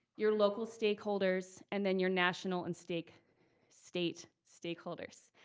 your local stakeholders and then your national and state state stakeholders.